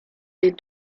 les